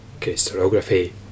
crystallography